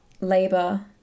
labor